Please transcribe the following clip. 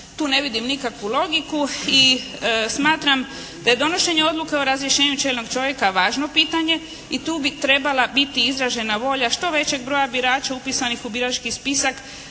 Tu ne vidim nikakvu logiku i smatram da je donošenje odluke o razrješenju čelnog čovjeka važno pitanje i tu bi trebala biti izražena volja što većeg broja birača upisanih u birački spisak